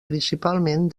principalment